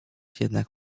jednak